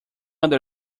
other